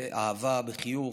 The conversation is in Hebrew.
באהבה, בחיוך.